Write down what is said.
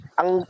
ang